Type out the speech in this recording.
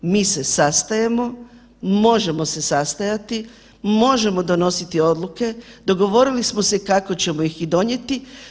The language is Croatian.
Mi se sastajemo, možemo se sastajati, možemo donositi odluke, dogovorili smo se kako ćemo ih i donijeti.